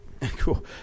Cool